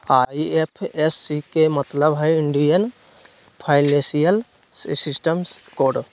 IFSC के मतलब हइ इंडियन फाइनेंशियल सिस्टम कोड